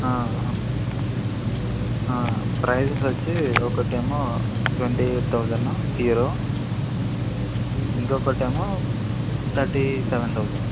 prices వచ్చి ఒకటేమో twenty eight thousand hero ఇంకొటేమో థర్టీ సెవెన్ థౌజండ్